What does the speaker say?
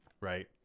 Right